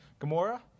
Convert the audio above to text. Gamora